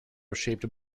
shaped